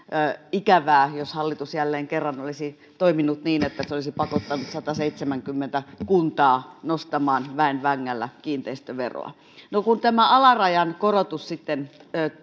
ikävää jos hallitus jälleen kerran olisi toiminut niin että se olisi pakottanut sataseitsemänkymmentä kuntaa nostamaan väen vängällä kiinteistöveroa no kun tämä alarajan korotus sitten